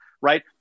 right